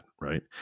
right